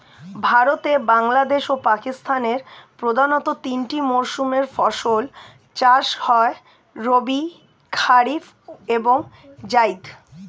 ভারতে, বাংলাদেশ ও পাকিস্তানের প্রধানতঃ তিনটি মৌসুমে ফসল চাষ হয় রবি, কারিফ এবং জাইদ